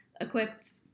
equipped